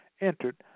entered